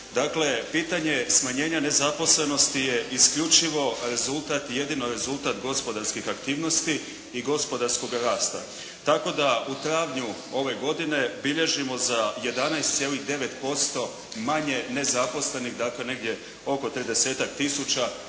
pitanje smanjenja nezaposlenosti je isključivo rezultat, jedino rezultat gospodarskih aktivnosti i gospodarskog rasta. Tako da u travnju ove godine bilježimo za 11,9% manje nezaposlenih, dakle negdje oko 30-tak